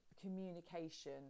communication